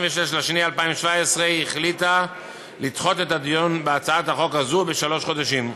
בפברואר 2017 החליטה לדחות את הדיון בהצעת החוק הזו בשלושה חודשים.